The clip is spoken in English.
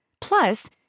Plus